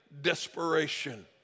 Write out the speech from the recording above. desperation